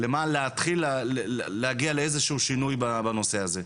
כדי להתחיל להגיע לאיזה שהוא שינוי בנושא הזה.